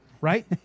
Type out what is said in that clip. right